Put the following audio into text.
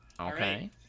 Okay